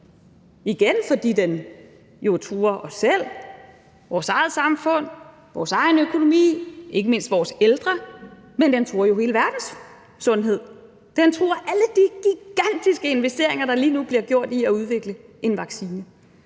igen, fordi den jo truer os selv, vores eget samfund, vores egen økonomi og ikke mindst vores ældre, men den truer jo også hele verdens sundhed. Den truer alle de gigantiske investeringer, der lige nu bliver gjort i at udvikle en vaccine.